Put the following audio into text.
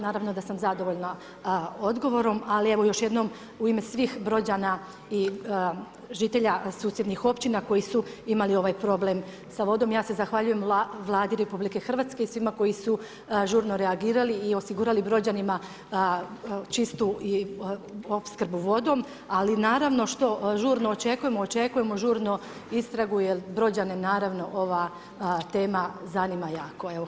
Naravno da sam zadovoljna odgovorom, ali evo još jednom u ime svih brođana i žitelja susjednih općina koji su imali ovaj problem sa vodom, ja se zahvaljujem Vladi RH i svima koji su žurno reagirali i osigurali brođanima čistu opskrbu vodom, ali naravno, što žurno očekujemo, očekujemo žurno istragu jer brođane naravno ova tema zanima jako.